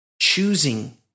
choosing